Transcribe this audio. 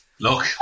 look